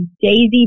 Daisy